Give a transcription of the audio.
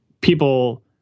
people